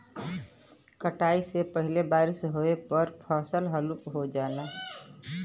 कटाई से पहिले बारिस होये पर फसल हल्लुक हो जाला